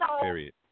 period